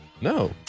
No